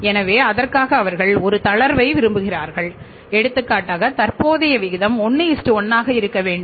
எனவே அதற்காக அவர்கள் ஒரு தளர்வை விரும்புகிறார்கள் எடுத்துக்காட்டாக தற்போதைய விகிதம் 1 1 ஆக இருக்க வேண்டும்